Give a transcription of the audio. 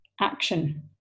action